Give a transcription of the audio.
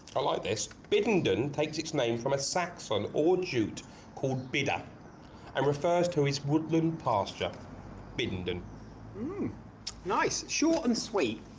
i like this, biddenden takes its name from a saxon or jute called bida and refers to his woodland pasture biddenden hmm nice short and sweet